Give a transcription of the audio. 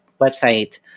website